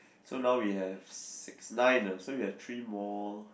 so now we have six nine ah so we have three more